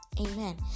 Amen